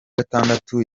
gatandatu